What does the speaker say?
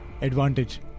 advantage